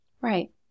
Right